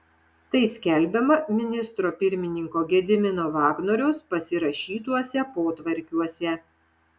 tai skelbiama ministro pirmininko gedimino vagnoriaus pasirašytuose potvarkiuose